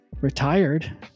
retired